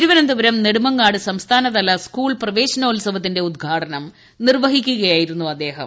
തിരുവനന്തപുരം നെടുമങ്ങാട്ട് സംസ്ഥാനതല സ്കൂൾ പ്രവേശനോൽസവത്തിന്റെ ഉദ്ഘാടനം നിർവ്വഹിക്കുകയായിരുന്നു അദ്ദേഹം